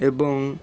ଏବଂ